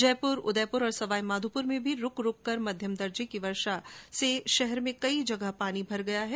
जयपुर उदयपुर और सवाईमाधोपुर में भी रूक रूक कर मध्यम दर्ज की वर्षा से शहर में कई जगह पानी भर गया है